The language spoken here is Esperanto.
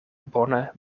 bone